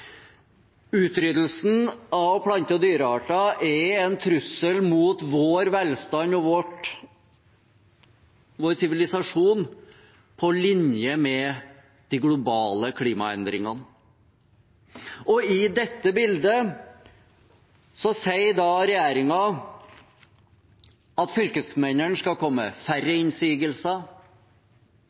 Utryddelsen av plante- og dyrearter er en trussel mot vår velstand og vår sivilisasjon på linje med de globale klimaendringene. I dette bildet sier regjeringen at fylkesmennene skal komme med færre innsigelser,